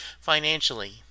financially